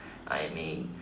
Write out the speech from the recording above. I am a